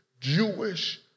Jewish